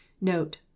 note